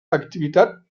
activitat